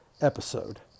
episode